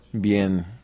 Bien